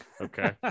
Okay